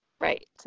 right